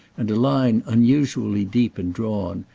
and a line, unusually deep and drawn,